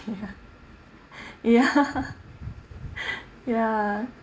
ya ya ya